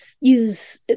use